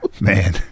man